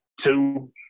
two